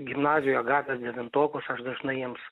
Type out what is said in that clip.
gimnazijoje gavęs devintokus aš dažnai jiems